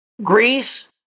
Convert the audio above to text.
greece